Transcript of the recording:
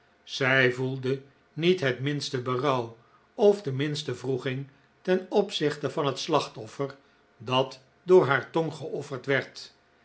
zij voelde niet het minste berouw of de minste wroeging ten opzichte van het slachtoffer dat door haar tong geofferd werd